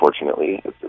Unfortunately